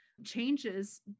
Changes